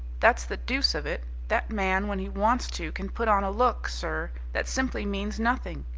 that's the deuce of it. that man when he wants to can put on a look, sir, that simply means nothing,